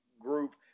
group